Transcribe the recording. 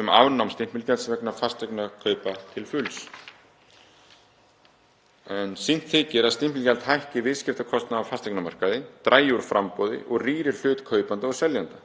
um afnám stimpilgjalds vegna fasteignakaupa til fulls. Sýnt þykir að stimpilgjald hækki viðskiptakostnað á fasteignamarkaði, dragi úr framboði og rýri hlut kaupenda og seljenda.